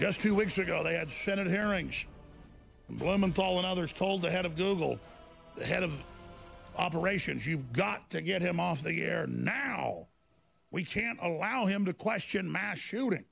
just two weeks ago they had senate hearings blumenthal and others told ahead of google head of operations you've got to get him off the air now we can't allow him to question mass shooting